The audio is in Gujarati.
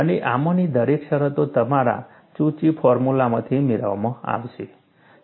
અને આમાંની દરેક શરતો તમારા ચુચી ફોર્મુલામાંથી મેળવવામાં આવશે